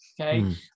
Okay